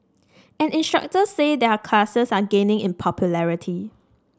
and instructors say their classes are gaining in popularity